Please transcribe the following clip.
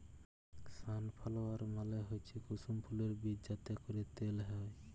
sunflower মালে হচ্যে কুসুম ফুলের বীজ যাতে ক্যরে তেল হ্যয়